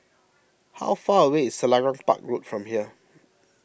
how far away is Selarang Park Road from here